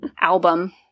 album